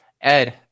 Ed